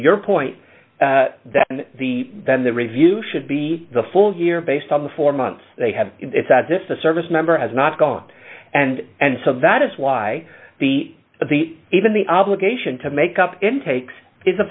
your point that the then the review should be the full year based on the four months they have it's as if the service member has not gone and and so that is why the the even the obligation to make up intakes is a